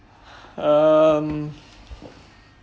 um